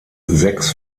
sechs